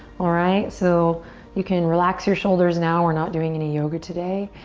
alright, so you can relax your shoulders now. we're not doing any yoga today.